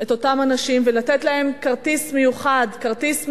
את אותם אנשים ולתת להם כרטיס מיוחד, כרטיס מזון,